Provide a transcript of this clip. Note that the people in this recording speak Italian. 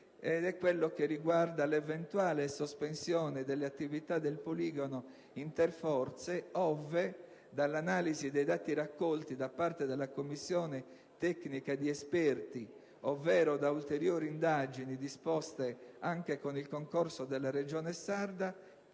Mi riferisco all'eventuale sospensione delle attività del poligono interforze, ove dall'analisi dei dati raccolti da parte della commissione tecnica di esperti, ovvero da ulteriori indagini disposte anche con il concorso della Regione sarda,